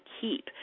keep